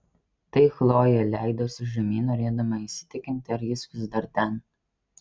tai chlojė leidosi žemyn norėdama įsitikinti ar jis vis dar ten